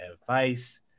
advice